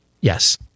yes